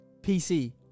PC